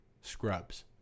Scrubs